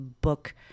book